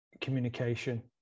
communication